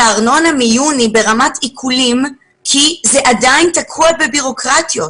הארנונה מיוני ברמת עיקולים וזה עדיין תקוע בבירוקרטיה.